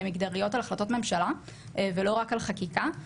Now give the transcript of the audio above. מגדריות על החלטות ממשלה ולא רק על חקיקה,